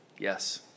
Yes